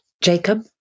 Jacob